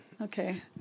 Okay